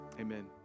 Amen